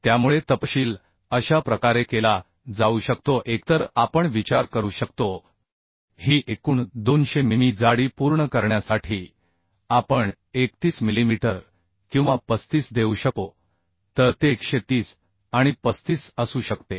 त्यामुळे तपशील अशा प्रकारे केला जाऊ शकतो एकतर आपण विचार करू शकतो ही एकूण 200 मिमी जाडी पूर्ण करण्यासाठी आपण 31 मिलीमीटर किंवा 35 देऊ शकतो तर ते 130 आणि 35 असू शकते